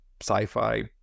sci-fi